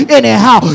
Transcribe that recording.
anyhow